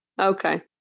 Okay